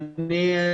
לכן,